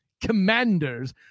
commanders